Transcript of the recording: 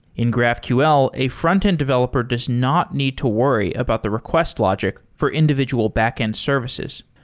in graphql, a frontend developer does not need to worry about the request logic for individual backend services.